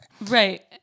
Right